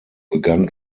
begann